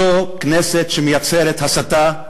זו כנסת שמייצרת הסתה,